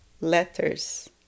letters